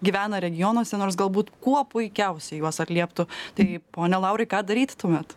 gyvena regionuose nors galbūt kuo puikiausiai juos atlieptų tai pone laurai ką daryt tuomet